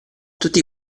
tutti